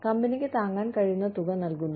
കമ്പനിക്ക് താങ്ങാൻ കഴിയുന്ന തുക നൽകുന്നു